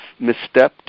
misstepped